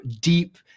deep